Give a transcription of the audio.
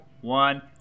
one